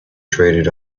traded